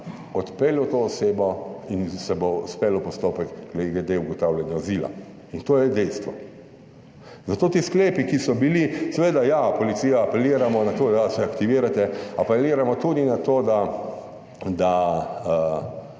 odpeljal to osebo in se bo izpeljal postopek glede ugotavljanja azila in to je dejstvo. Zato ti sklepi, ki so bili, seveda, ja, policija apeliramo na to, da se aktivirate, apeliramo tudi na to, da